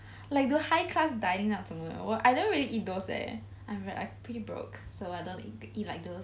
like the high class dining out 什么的 I don't really eat those eh I I'm pretty broke so I don't eat like those